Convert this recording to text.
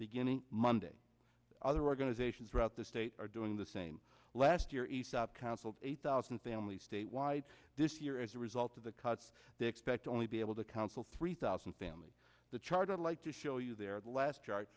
beginning monday other organizations throughout the state are doing the same last year a stop counseled eight thousand families statewide this year as a result of the cuts they expect only be able to counsel three thousand families the chart i'd like to show you their last